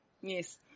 Yes